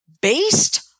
based